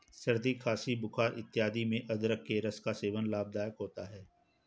सर्दी खांसी बुखार इत्यादि में अदरक के रस का सेवन लाभदायक होता है